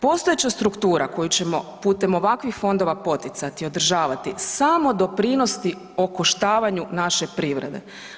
Postojeća struktura koju ćemo putem ovakvih fondova poticati, održavati samo doprinosi okoštavanju naše privrede.